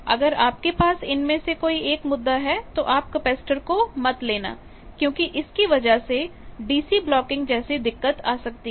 अगर आपके पास इनमें से कोई एक मुद्दा है तो आप कैपेसिटर को मत लेना क्योंकि इसकी वजह से DC ब्लॉकिंग जैसे दिक्कत आ सकती है